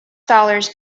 dollars